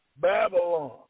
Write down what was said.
Babylon